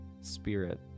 Spirit